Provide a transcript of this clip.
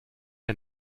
der